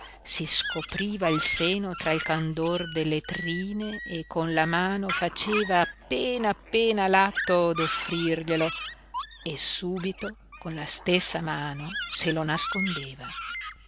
si scopriva il seno tra il candor delle trine e con la mano faceva appena appena l'atto d'offrirglielo e subito con la stessa mano se lo nascondeva